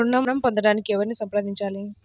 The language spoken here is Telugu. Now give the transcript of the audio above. ఋణం పొందటానికి ఎవరిని సంప్రదించాలి?